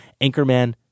Anchorman